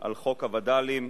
על חוק הווד"לים,